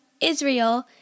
Israel